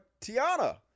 Tiana